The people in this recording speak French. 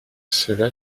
cela